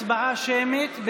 הצבעה שמית,